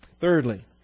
Thirdly